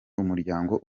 umuryango